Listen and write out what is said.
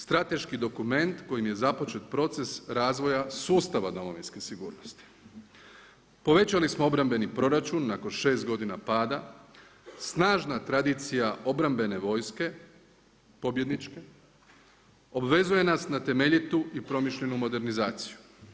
Strateški dokument kojim je započet proces razvoja sustava domovinske sigurnosti, povećali smo obrambeni proračun nakon 6 godina pada, snažna tradicija obrambene vojske, pobjedničke, obvezuje nas na temeljitu i promišljenu modernizaciju.